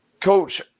Coach